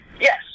Yes